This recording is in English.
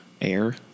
Air